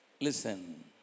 Listen